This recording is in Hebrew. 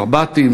רב"טים,